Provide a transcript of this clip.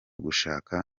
gushaka